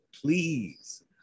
please